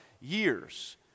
years